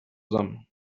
them